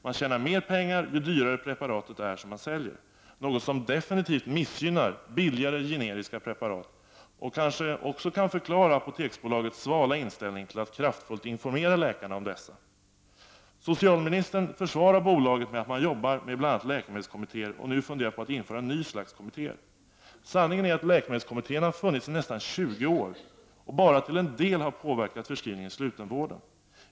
Man tjänar mer pengar ju dyrare preparatet är som man säljer, något som definitivt missgynnar billigare generiska preparat och kanske kan förklara Apoteksbolagets svala inställning till att kraftfullt informera läkarna om dessa. Socialministern försvarar bolaget med att man jobbar med bl.a. läkemedelskommittéer och nu funderar på att införa ett nytt slags kommittéer. Sanningen är att läkemedelskommittéerna har funnits i nästan 20 år och bara till en del har påverkat förskrivningen i slutenvården.